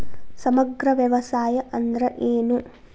ಸಮಗ್ರ ವ್ಯವಸಾಯ ಅಂದ್ರ ಏನು?